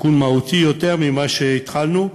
תיקון מהותי יותר ממה שהתחלנו בו.